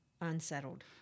unsettled